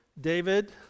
David